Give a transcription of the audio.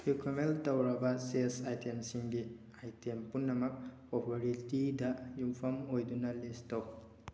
recommend ꯇꯧꯔꯕ chess item ꯁꯤꯡꯒꯤ item ꯄꯨꯝꯅꯃꯛ ꯄꯣꯄꯨꯂꯔꯤꯇꯤꯗ ꯌꯨꯝꯐꯝ ꯑꯣꯏꯗꯨꯅ ꯂꯤꯁ ꯇꯧ